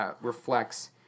reflects